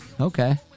Okay